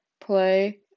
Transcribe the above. play –